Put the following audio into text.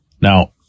Now